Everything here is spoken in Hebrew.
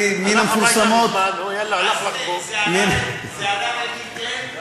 מן המפורסמות, הוא הלך הביתה, זה עלה ל-10D?